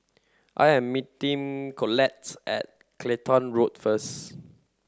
I am meeting Collettes at Clacton Road first